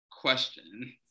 question